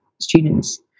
students